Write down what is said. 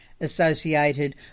associated